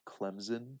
Clemson